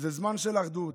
זה זמן של אחדות,